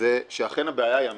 זה שאכן הבעיה היא אמיתית.